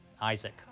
Isaac